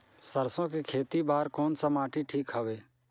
सरसो के खेती बार कोन सा माटी ठीक हवे?